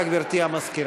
בבקשה, גברתי המזכירה.